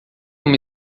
uma